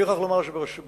אני מוכרח לומר שברעננה,